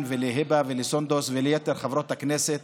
ולהיבה ולסונדוס וליתר חברות הכנסת